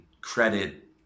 credit